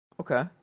okay